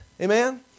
Amen